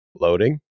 loading